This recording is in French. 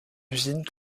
usines